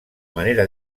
manera